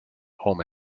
home